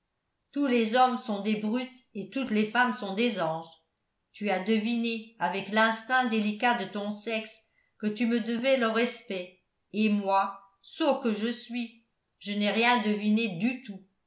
tous les hommes sont des brutes et toutes les femmes sont des anges tu as deviné avec l'instinct délicat de ton sexe que tu me devais le respect et moi sot que je suis je n'ai rien deviné du tout